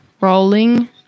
rolling